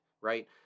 right